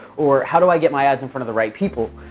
or how do i get my ads in front of the right people?